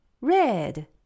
Red